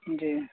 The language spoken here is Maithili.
जी